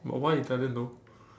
but why Italian though